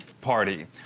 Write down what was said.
party